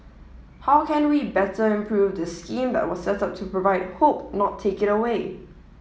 how can we better improve this scheme that was set up to provide hope not take it away